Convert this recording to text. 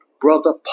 brother